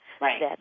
Right